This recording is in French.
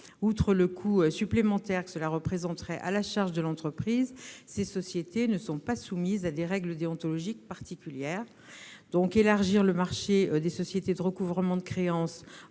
Outre le coût supplémentaire que cela représenterait pour l'entreprise, ces sociétés ne sont pas soumises à des règles déontologiques particulières. Élargir le marché des sociétés de recouvrement de créances